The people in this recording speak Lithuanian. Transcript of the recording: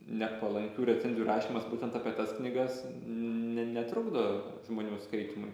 nepalankių recenzijų rašymas būtent apie tas knygas n netrukdo žmonių skaitymui